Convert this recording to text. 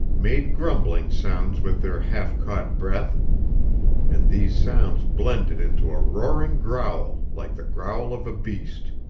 made grumbling sounds with their half-caught breath and these sounds blended into a roaring growl like the growl of a beast.